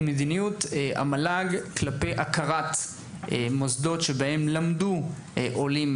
מדיניות המל"ג לגבי הכרה במוסדות בחו"ל בהם למדו העולים